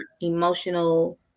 emotional